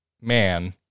Man